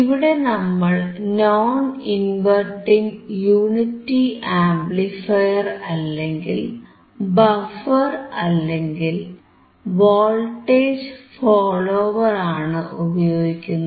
ഇവിടെ നമ്മൾ non inverting unity amplifier അല്ലെങ്കിൽ ബഫർ അല്ലെങ്കിൽ വോൾട്ടേജ് ഫോളോവർ ആണ് ഉപയോഗിക്കുന്നത്